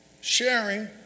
sharing